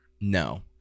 no